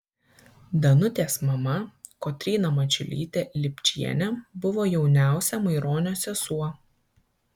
danutės mama kotryna mačiulytė lipčienė buvo jauniausia maironio sesuo